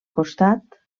costat